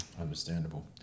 Understandable